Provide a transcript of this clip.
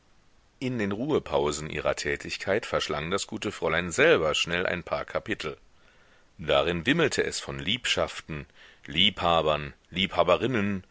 in den ruhepausen ihrer tätigkeit verschlang das gute fräulein selber schnell ein paar kapitel darin wimmelte es von liebschaften liebhabern liebhaberinnen